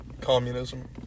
communism